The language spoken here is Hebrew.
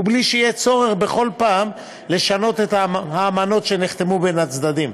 ובלי שיהיה צורך בכל פעם לשנות את האמנות שנחתמו בין הצדדים.